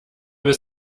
bis